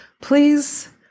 please